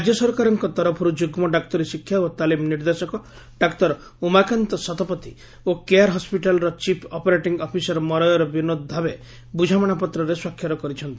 ରାଜ୍ୟ ସରକାରଙ୍କ ତରଫରୁ ଯୁଗ୍ଗ ଡାକ୍ତରୀ ଶିକ୍ଷା ଓ ତାଲିମ୍ ନିର୍ଦ୍ଦେଶକ ଡାଃ ଉମାକାନ୍ତ ଶତପଥୀ ଓ କେୟାର ହସପିଟାଲର ଚିପ୍ ଅପରେଟିଂ ଅଫିସର ମରୟର ବିନୋଦ ଧାବେ ବୁଝାମଶାପତ୍ରରେ ସ୍ୱାକ୍ଷର କରିଛନ୍ତି